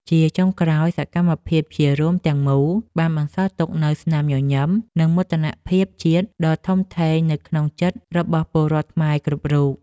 ជាចុងក្រោយ សកម្មភាពជារួមទាំងមូលបានបន្សល់ទុកនូវស្នាមញញឹម និងមោទនភាពជាតិដ៏ធំធេងនៅក្នុងចិត្តរបស់ពលរដ្ឋខ្មែរគ្រប់រូប។